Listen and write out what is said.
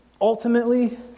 ultimately